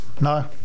No